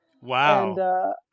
Wow